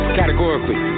categorically